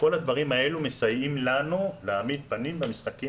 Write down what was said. כל אלה מסייעים לנו להעמיד פנים במשחקים